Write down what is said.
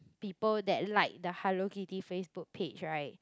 people that like the Hello-Kitty Facebook page right